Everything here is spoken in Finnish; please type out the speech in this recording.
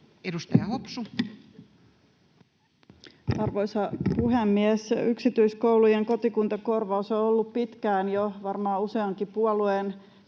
Content: Arvoisa puhemies! Yksityiskoulujen kotikuntakorvaus on ollut jo pitkään varmaan useankin puolueen